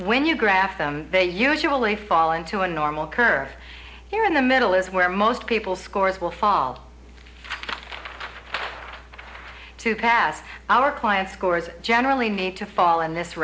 when you graph them they usually fall into a normal curve here in the middle is where most people scores will fall to pass our client scores generally need to fall in this